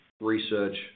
research